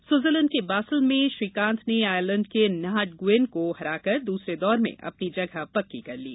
Switzerland के Basel में श्रीकांत ने आयरलैंड के न्हाट गुयेन को हराकर दूसरे दौर में अपनी जगह पक्की कर ली